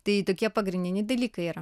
tai tokie pagrindiniai dalykai yra